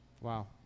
wow